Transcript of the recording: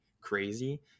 crazy